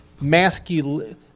masculine